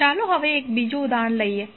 ચાલો હવે બીજું એક ઉદાહરણ લઈએ